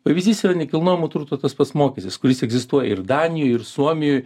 pavyzdys yra nekilnojamo turto tas pats mokestis kuris egzistuoja ir danijoj ir suomijoj